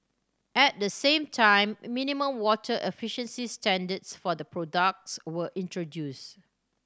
at the same time minimum water efficiency standard for the products were introduced